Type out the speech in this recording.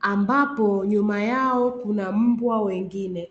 ambapo nyuma yao kuna mbwa wengine.